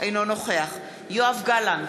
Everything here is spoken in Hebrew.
אינו נוכח יואב גלנט,